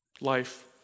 life